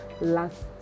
last